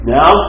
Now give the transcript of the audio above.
Now